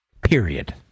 period